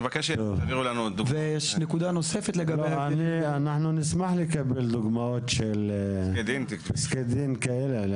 אנחנו נשמח לקבל דוגמאות של פסקי דין כאלה.